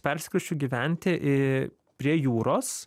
persikrausčiau gyventi į prie jūros